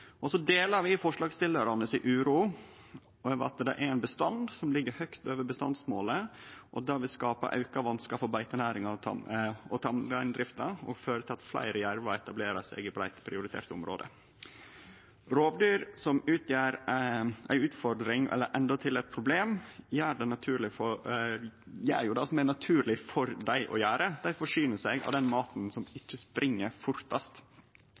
deler forslagsstillarane si uro over at det er ein bestand som ligg høgt over bestandsmålet. Det vil skape auka vanskar for beitenæringa og tamreindrifta og føre til at fleire jervar etablerer seg i beiteprioriterte område. Rovdyr som utgjer ei utfordring eller endåtil eit problem, gjer det som er naturleg for dei å gjere. Dei forsyner seg av den maten som ikkje spring fortast.